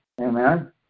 Amen